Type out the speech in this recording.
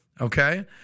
Okay